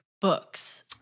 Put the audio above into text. books